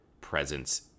presence